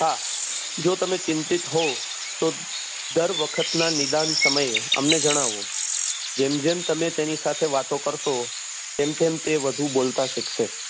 હા જો તમે ચિંતિત હોવ તો દર વખતના નિદાન સમયે અમને જણાવો જેમ જેમ તમે તેની સાથે વાતો કરશો તેમ તેમ તે વધુ બોલતા શીખશે